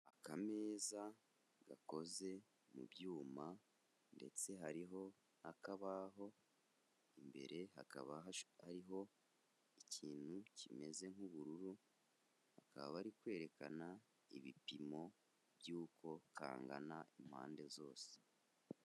Akameza gakoze mu byuma ndetse hariho n'akabaho, imbere hakaba hariho ikintu kimeze nk'ubururu kaba bari kwerekana ibipimo by'uko kangana impande zose.